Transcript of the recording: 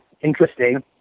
interesting